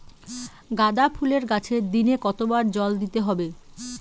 গাদা ফুলের গাছে দিনে কতবার জল দিতে হবে?